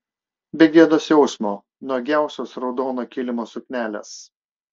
be gėdos jausmo nuogiausios raudono kilimo suknelės